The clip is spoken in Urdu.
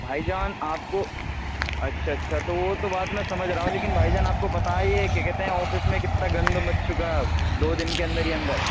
بھائی جان آپ کو اچھا اچھا تو وہ تو بات میں سمجھ رہا ہوں لیکن بھائی جان آپ کو پتہ ہے یہ کیا کہتے ہیں آفس میں کتا گند مچ چکا اب دو دِن کے اندر ہی اندر